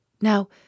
Now